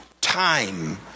time